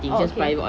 oh okay